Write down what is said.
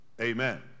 Amen